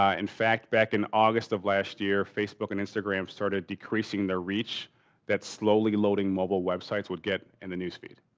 ah in fact, back in august of last year facebook and instagram started decreasing their reach that slowly loading mobile websites would get in the newsfeed.